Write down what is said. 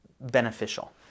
beneficial